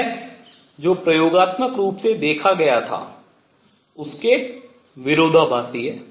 यह जो प्रयोगात्मक रूप से देखा गया था उसके विरोधाभासी है